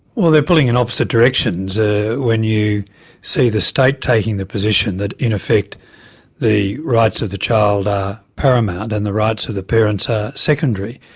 well they're pulling in opposite directions. ah when you see the state taking the position that in effect the rights of the child are paramount and the rights of the parents are secondary,